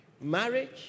marriage